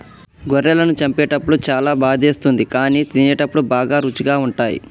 గొర్రెలను చంపేటప్పుడు చాలా బాధేస్తుంది కానీ తినేటప్పుడు బాగా రుచిగా ఉంటాయి